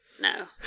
no